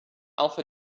alpha